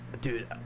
dude